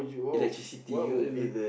electricity you won't even